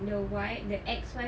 the wife the ex-wife